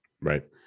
right